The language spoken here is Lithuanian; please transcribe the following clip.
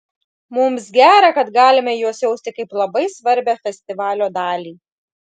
mums gera kad galime juos jausti kaip labai svarbią festivalio dalį